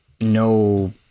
no